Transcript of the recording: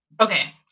okay